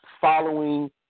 following